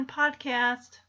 podcast